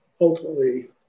Ultimately